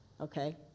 Okay